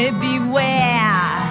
beware